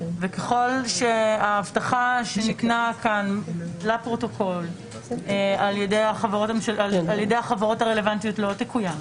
וככל שההבטחה שניתנה כאן לפרוטוקול על ידי החברות הרלוונטיות לא תקוים,